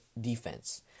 defense